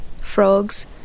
frogs